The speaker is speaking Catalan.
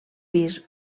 pis